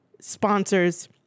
sponsors